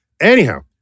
Anyhow